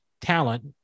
talent